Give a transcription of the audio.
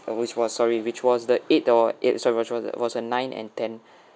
which was sorry which was the eight or eight sorry was was was a nine and ten